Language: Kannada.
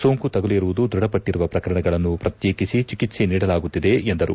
ಸೋಂಕು ತಗುಲಿರುವುದು ದೃಢಪಟ್ಷರುವ ಪ್ರಕರಣಗಳನ್ನು ಪ್ರತ್ಯೇಕಿಸಿ ಚಿಕಿತ್ಸೆ ನೀಡಲಾಗುತ್ತಿದೆ ಎಂದರು